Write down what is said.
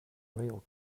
real